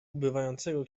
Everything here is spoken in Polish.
ubywającego